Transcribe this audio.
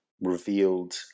revealed